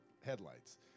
headlights